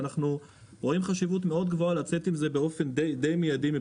ואנחנו רואים חשיבות מאוד גבוהה לצאת עם זה באופן די מידי.